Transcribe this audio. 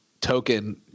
token